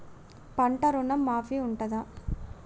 పంట ఋణం మాఫీ ఉంటదా?